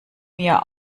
mir